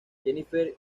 jennifer